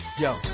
Yo